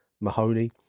Mahoney